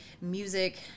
music